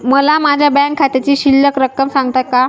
मला माझ्या बँक खात्यातील शिल्लक रक्कम सांगता का?